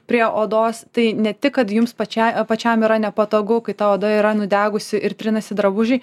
prie odos tai ne tik kad jums pačiai pačiam yra nepatogu kai ta oda yra nudegusi ir trinasi drabužiai